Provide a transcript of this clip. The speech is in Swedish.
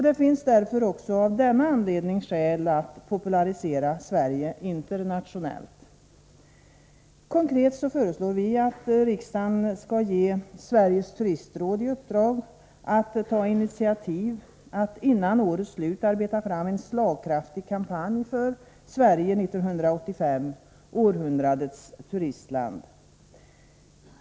Det finns därför också av denna anledning skäl att popularisera Sverige internationellt. Konkret föreslår vi att riksdagen skall ge Sveriges Turistråd i uppdrag att ta initiativ till att före årets slut arbeta fram en slagkraftig kampanj för Sverige 1985 - århundradets turistland.